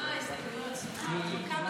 אה, הסתייגויות, סליחה.